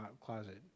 closet